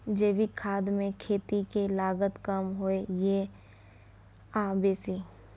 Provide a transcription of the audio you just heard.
जैविक खाद मे खेती के लागत कम होय ये आ बेसी?